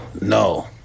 no